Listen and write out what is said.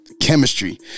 chemistry